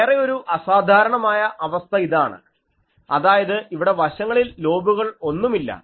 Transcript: വേറെ ഒരു അസാധാരണമായ അവസ്ഥ ഇതാണ് അതായത് ഇവിടെ വശങ്ങളിൽ ലോബുകൾ ഒന്നുമില്ല